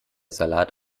salat